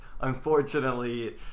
unfortunately